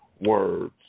words